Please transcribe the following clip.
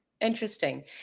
interesting